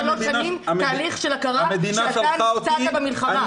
שלוש שנים תהליך של הכרה שאתה נפצעת במלחמה.